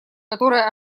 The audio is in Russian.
которых